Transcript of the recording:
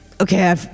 Okay